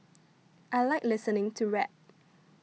I like listening to rap